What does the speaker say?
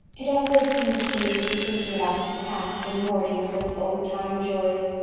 it always seems to me to be thinking about its past and mourning for its old-time joys.